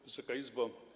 Wysoka Izbo!